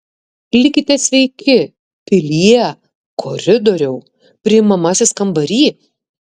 likite sveiki pilie koridoriau priimamasis kambary